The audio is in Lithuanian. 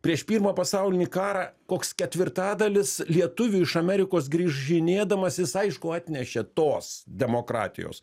prieš pirmą pasaulinį karą koks ketvirtadalis lietuvių iš amerikos grįžinėdamas jis aišku atnešė tos demokratijos